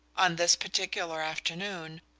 on this particular afternoon,